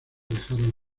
dejaron